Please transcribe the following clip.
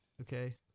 Okay